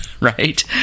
right